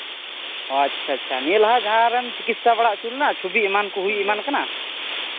ᱚ ᱟᱪᱪᱷᱟ ᱟᱪᱪᱷᱟ ᱱᱤᱭᱟᱹ ᱞᱟᱦᱟ ᱡᱟᱦᱟᱸᱨᱮᱢ ᱪᱤᱠᱤᱛᱥᱟ ᱵᱟᱲᱟ ᱦᱚᱪᱚ ᱞᱮᱱᱟ ᱪᱷᱚᱵᱤ ᱮᱢᱟᱱ ᱠᱚ ᱦᱩᱭ ᱮᱢᱟᱱ ᱠᱟᱱᱟ